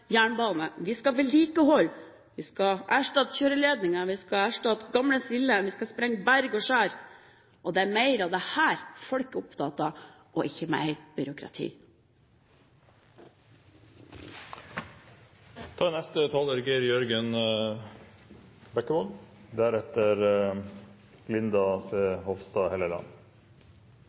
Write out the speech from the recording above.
jernbane. Vi skal vedlikeholde, erstatte kjøreledninger og gamle sviller, vi skal sprenge berg og skjær. Det er mer av dette folk er opptatt, og ikke mer